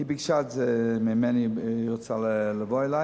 היא ביקשה ממני, היא רוצה לבוא אלי.